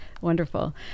wonderful